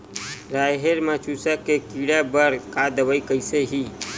राहेर म चुस्क के कीड़ा बर का दवाई कइसे ही?